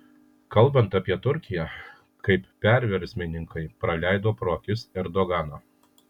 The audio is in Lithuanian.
kalbant apie turkiją kaip perversmininkai praleido pro akis erdoganą